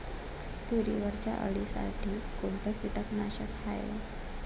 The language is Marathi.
तुरीवरच्या अळीसाठी कोनतं कीटकनाशक हाये?